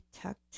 tucked